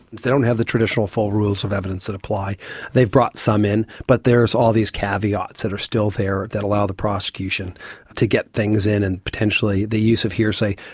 don't have the traditional full rules of evidence that apply they've brought some in, but there's all these caveats that are still there that allow the prosecution to get things in and potentially the use of hearsay,